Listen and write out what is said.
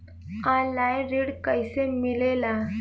Online ऋण कैसे मिले ला?